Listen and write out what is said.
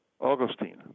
Augustine